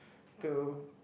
to